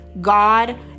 God